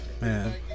man